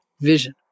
vision